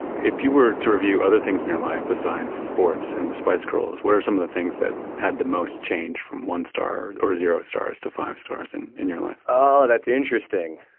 if you were to review other things in your life besides sports and the spice girls, what are some of the things that had the most change from one star or zero stars to five stars in in your life? oh, that's interesting.